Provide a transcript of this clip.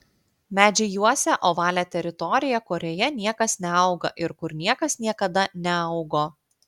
medžiai juosia ovalią teritoriją kurioje niekas neauga ir kur niekas niekada neaugo